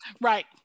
Right